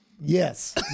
Yes